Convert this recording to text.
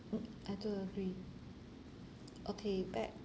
mm I do agree okay back